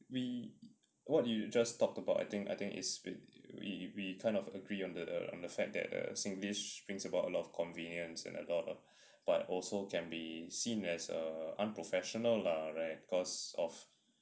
we what you just talked about I think I think it's been we we kind of agree on the on the fact that a singlish brings about a lot of convenience and a lot of but also can be seen as a unprofessional lah right cause of